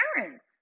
parents